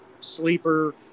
sleeper